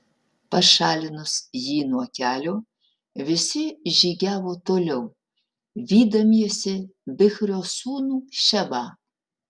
pašalinus jį nuo kelio visi žygiavo toliau vydamiesi bichrio sūnų šebą